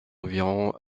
environ